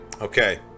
Okay